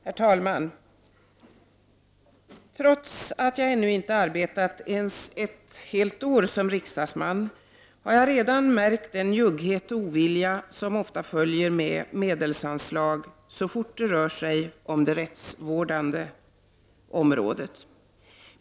Herr talman! Trots att jag ännu inte har arbetat ens ett helt år som riksdagsman, har jag märkt den njugghet och ovilja som ofta följer med medelsanslag så fort det rör sig om det rättsvårdande området.